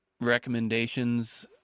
recommendations